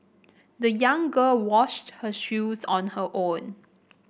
the young girl washed her shoes on her own